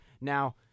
Now